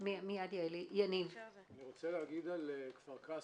אני רוצה לומר לגבי כפר קאסם,